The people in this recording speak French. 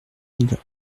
mille